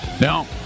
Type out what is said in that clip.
No